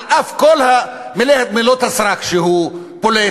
על אף כל מילות הסרק שהוא פולט